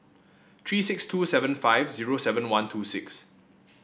three six two seven five zero seven one two six